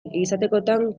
izatekotan